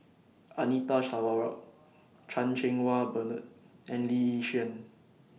Anita Sarawak Chan Cheng Wah Bernard and Lee Yi Shyan